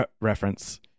reference